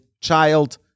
child